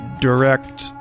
direct